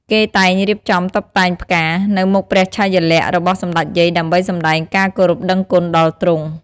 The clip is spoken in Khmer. គេតែងរៀបចំតុបតែងផ្ការ នៅមុខព្រះឆាយាល័ក្ខណ៏របស់សម្តេចយាយដើម្បីសម្តែងការគោរពដឹងគុណដល់ទ្រង់។